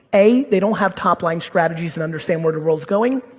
a, they don't have top line strategies and understand where the world's going,